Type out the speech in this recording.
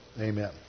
Amen